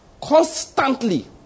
constantly